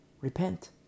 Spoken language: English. Repent